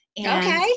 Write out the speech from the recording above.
Okay